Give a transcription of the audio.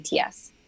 ATS